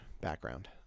background